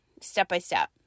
step-by-step